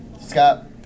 Scott